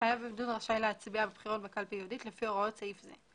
רשאי להצביע בבחירות בקלפי ייעודית לפי הוראות סעיף זה.